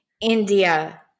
India